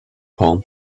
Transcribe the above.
palm